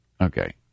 Okay